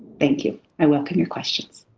thank you. i welcome your questions.